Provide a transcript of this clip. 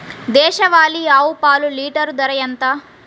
దేశవాలీ ఆవు పాలు లీటరు ధర ఎంత?